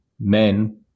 men